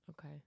Okay